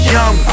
Young